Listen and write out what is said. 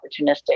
opportunistic